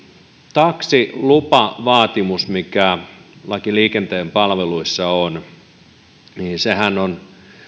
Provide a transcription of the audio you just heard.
taksilupavaatimus mikä laissa liikenteen palveluista on